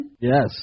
Yes